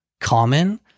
common